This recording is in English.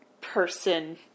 person